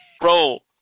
bro